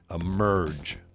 emerge